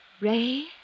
Ray